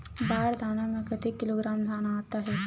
बार दाना में कतेक किलोग्राम धान आता हे?